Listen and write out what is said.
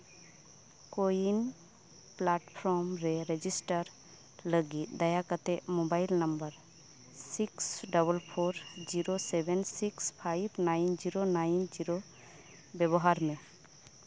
ᱠᱳ ᱩᱭᱤᱱ ᱯᱞᱟᱴᱯᱷᱨᱢ ᱨᱮ ᱨᱮᱡᱤᱥᱴᱟᱨ ᱞᱟᱹᱜᱤᱫ ᱫᱟᱭᱟ ᱠᱟᱛᱮᱫ mobile number six double four zero seven six five nine zero nine zero ᱵᱮᱵᱚᱦᱟᱨ ᱢᱮ